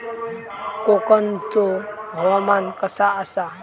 कोकनचो हवामान कसा आसा?